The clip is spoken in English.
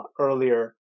earlier